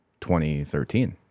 2013